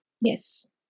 Yes